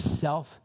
self